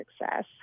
success